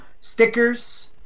stickers